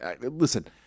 listen